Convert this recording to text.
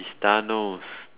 is thanos